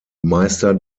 meister